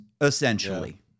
essentially